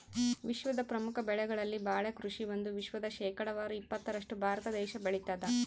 ವಿಶ್ವದ ಪ್ರಮುಖ ಬೆಳೆಗಳಲ್ಲಿ ಬಾಳೆ ಕೃಷಿ ಒಂದು ವಿಶ್ವದ ಶೇಕಡಾವಾರು ಇಪ್ಪತ್ತರಷ್ಟು ಭಾರತ ದೇಶ ಬೆಳತಾದ